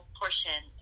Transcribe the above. portion